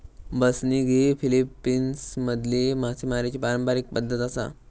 बसनिग ही फिलीपिन्समधली मासेमारीची पारंपारिक पद्धत आसा